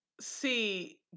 see